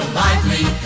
lively